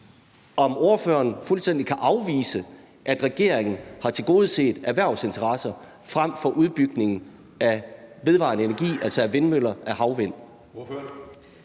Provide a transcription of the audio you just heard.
om ordføreren fuldstændig kan afvise, at regeringen har tilgodeset erhvervsinteresser frem for udbygning af vedvarende energi og især havvindmøller. Kl.